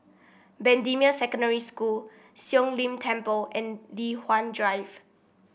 Bendemeer Secondary School Siong Lim Temple and Li Hwan Drive